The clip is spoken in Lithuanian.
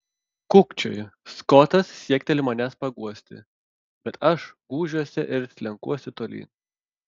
kūkčioju skotas siekteli manęs paguosti bet aš gūžiuosi ir slenkuosi tolyn